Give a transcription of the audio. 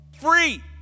free